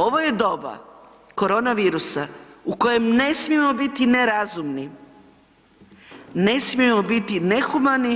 Ovo je doba korona virusa u kojem ne smijemo biti nerazumni, ne smijemo biti nehumani